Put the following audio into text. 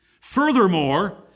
Furthermore